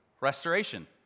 restoration